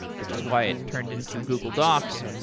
which is why it turned into google docs.